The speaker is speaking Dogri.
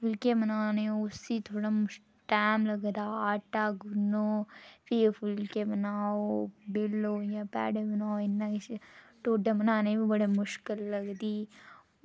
फुलकै बनाने होन तां उसी थोह्ड़ा मुश्कल टैम लगदा आटा गुन्नो फ्ही फुलके बनाओ बेल्लो इंया पैड़े बनाओ इन्ना किश टोड्डा बनाने बी बड़ी मुश्कल लगदी